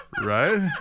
Right